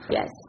Yes